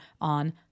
on